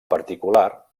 particular